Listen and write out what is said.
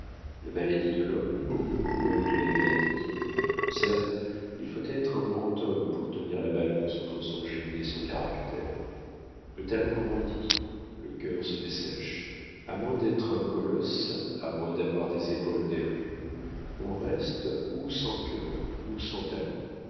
la maladie de l'homme ou l'homme de la maladie certes il faut être un grand homme pour tenir la balance entre son génie et son caractère le talent grandit le cœur se dessèche a moins d'être un colosse à moins d'avoir des épaules d'hercule on reste ou sans cœur ou sans talent